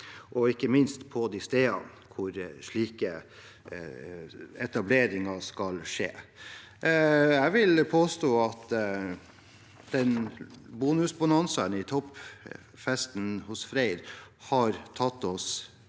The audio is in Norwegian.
ikke minst på de stedene hvor slike etableringer skal skje. Jeg vil påstå at den bonusbonanzaen i toppfesten hos Freyr har tatt oss